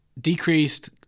decreased